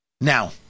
Now